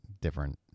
different